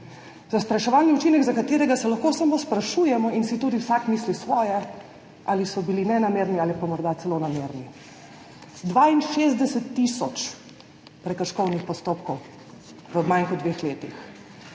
zastraševalni učinek, za katerega se lahko samo sprašujemo in si tudi vsak misli svoje, ali so bili nenamerni ali pa morda celo namerni. 62 tisoč prekrškovnih postopkov v manj kot dveh letih.